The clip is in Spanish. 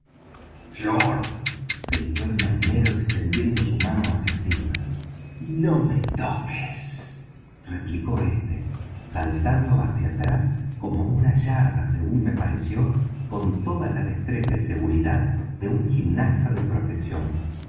gritó el marinero extendiendo su mano hacia silver no me toques replicó éste saltando hacia atrás como una yarda según me pareció con toda la destreza y seguridad de un gimnasta de profesión